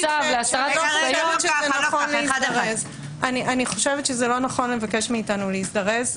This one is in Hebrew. צו להסרת חיסיון- -- אני חושבת שלא נכון לבקש מאתנו להזדרז.